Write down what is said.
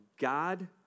God